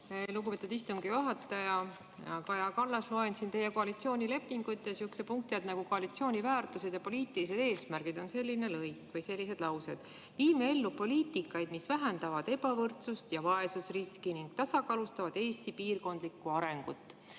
lugupeetud istungi juhataja! Hea Kaja Kallas! Loen siin teie koalitsioonilepingut ja sellise punkti all nagu "Koalitsiooni väärtused ja poliitilised eesmärgid" on selline lõik või sellised laused: "Viime ellu poliitikaid, mis vähendavad ebavõrdsust ja vaesusriski ning tasakaalustavad Eesti piirkondlikku arengut."